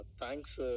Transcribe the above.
thanks